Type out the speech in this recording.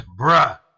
Bruh